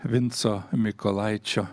vinco mykolaičio